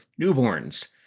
newborns